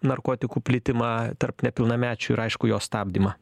narkotikų plitimą tarp nepilnamečių ir aišku jo stabdymą